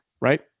right